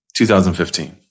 2015